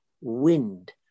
wind